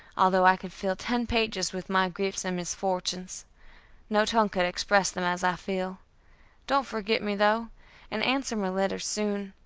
although i could fill ten pages with my griefs and misfortunes no tongue could express them as i feel don't forget me though and answer my letters soon.